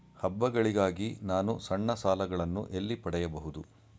ಹಬ್ಬಗಳಿಗಾಗಿ ನಾನು ಸಣ್ಣ ಸಾಲಗಳನ್ನು ಎಲ್ಲಿ ಪಡೆಯಬಹುದು?